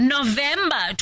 November